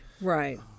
Right